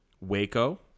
Waco